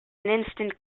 instant